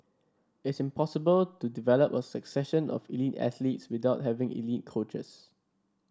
it's impossible to develop a succession of elite athletes without having elite coaches